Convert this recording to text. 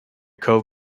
cove